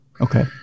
okay